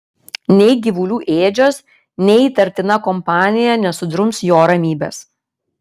nei gyvulių ėdžios nei įtartina kompanija nesudrums jo ramybės